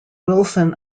wilson